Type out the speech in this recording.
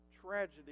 tragedy